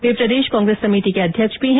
वे प्रदेश कांग्रेस समिति के अध्यक्ष भी हैं